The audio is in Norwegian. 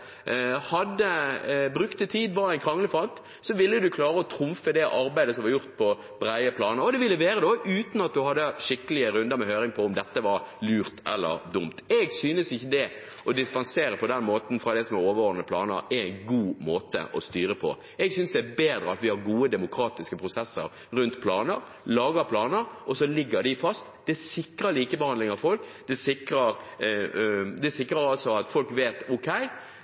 hadde kompiser i bygningsrådet, brukte tid og var en kranglefant, ville en klare å trumfe det arbeidet som var gjort på bredere plan, og uten at en hadde skikkelige runder med høring om hvorvidt dette var lurt eller dumt. Jeg synes ikke at det å dispensere fra overordnede planer på den måten er en god måte å styre på. Jeg synes det er bedre at vi har gode, demokratiske prosesser rundt planer – at vi lager planer, og så ligger de fast. Det sikrer likebehandling av folk, det sikrer at folk vet at ok,